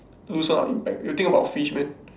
loose out all the impact you think about fish man